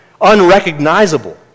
unrecognizable